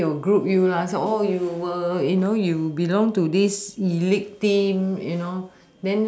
then you'll group you are say oh you were you know you belong to this elite team you know